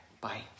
bye